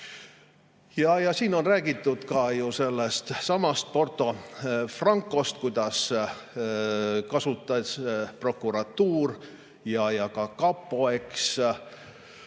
Siin on räägitud ka sellestsamast Porto Francost, kuidas kasutasid prokuratuur ja kapo